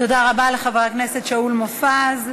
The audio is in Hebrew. תודה רבה לחבר הכנסת שאול מופז.